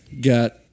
got